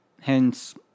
Hence